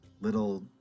little